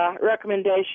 recommendation